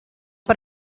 per